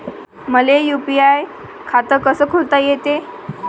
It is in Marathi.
मले यू.पी.आय खातं कस खोलता येते?